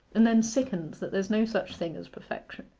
and then sickened that there's no such thing as perfection.